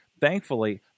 Thankfully